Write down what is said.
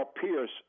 Pierce